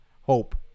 hope